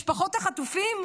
את משפחות החטופים?